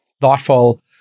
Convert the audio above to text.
thoughtful